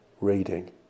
reading